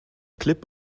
klipp